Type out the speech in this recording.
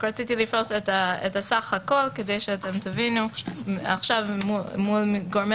רק רציתי לפרוס את הסך הכול כדי שתבינו מול גורמי